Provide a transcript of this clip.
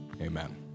amen